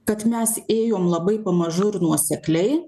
kad mes ėjom labai pamažu ir nuosekliai